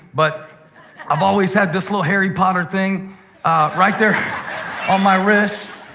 but i've always had this little harry potter thing right there on my wrist.